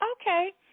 Okay